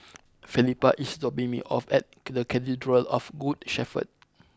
Felipa is dropping me off at Cathedral of Good Shepherd